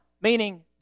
meaning